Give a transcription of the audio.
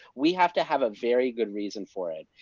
we have to have a very good reason for it.